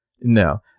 No